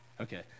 okay